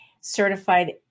Certified